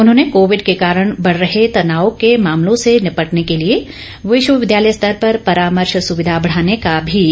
उन्होंने कोविड के कारण बढ़ रहे तनाव के मामलों से निपटने के लिए विश्वविद्यालय स्तर पर परामर्श सुविधा बढ़ाने का भी सुझाव दिया